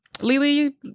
Lily